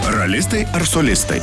ralistai ar solistai